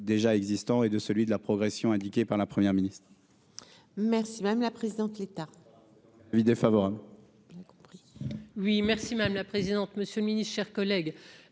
déjà existants et de celui de la progression indiqué par la première ministre. Merci madame la présidente, l'État lui défavorable compris. Oui merci madame la présidente, monsieur Ministre, chers collègues,